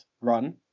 run